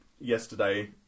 yesterday